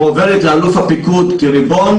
מועברת לאלוף הפיקוד כריבון.